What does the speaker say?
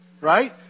right